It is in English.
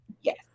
Yes